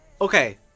okay